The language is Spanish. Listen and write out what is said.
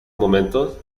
momentos